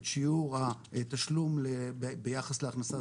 את שיעור התשלום ביחס להכנסה,